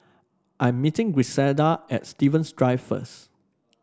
I'm meeting Griselda at Stevens Drive first